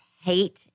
hate